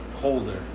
holder